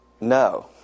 no